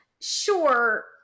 sure